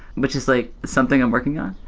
which is like something i'm working on.